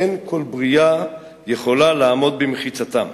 אין כל ברייה יכולה לעמוד במחיצתם,